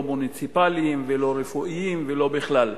לא מוניציפליים ולא רפואיים ולא בכלל.